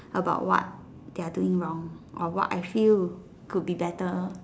about what they're doing wrong or what I feel could be better